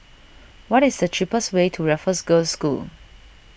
what is the cheapest way to Raffles Girls' School